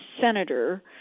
senator